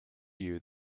you